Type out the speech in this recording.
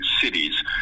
cities